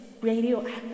radioactive